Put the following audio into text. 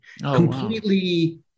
Completely